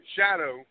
shadow